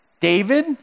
David